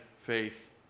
faith